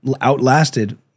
outlasted